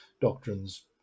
doctrines